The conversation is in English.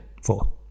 Four